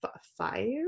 five